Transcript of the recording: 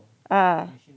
ah